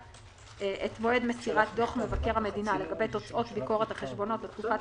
- את מועד מסירת דוח מבקר המדינה לגבי תוצאות ביקורת החשבונות לתקופת